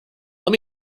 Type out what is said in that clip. let